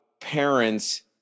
parents